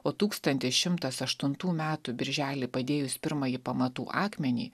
o tūkstantis šimtas aštuntų metų birželį padėjus pirmąjį pamatų akmenį